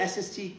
SST